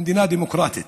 מדינה דמוקרטית.